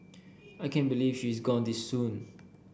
I can't believe she is gone this soon